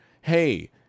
Hey